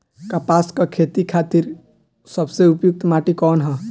कपास क खेती के खातिर सबसे उपयुक्त माटी कवन ह?